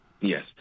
Yes